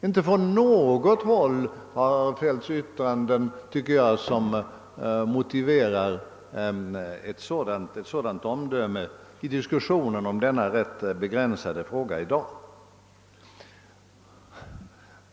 Inte från något håll har det fällts yttranden som motiverar ett sådant omdöme i diskussionen om den rätt begränsade fråga som det gäller i dag.